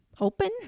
open